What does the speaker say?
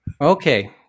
Okay